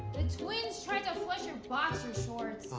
the twins tried to flush your boxer sort of